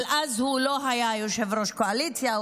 אבל אז הוא לא היה יושב-ראש קואליציה,